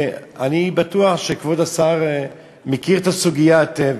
אני בטוח שכבוד השר מכיר את הסוגיה היטב.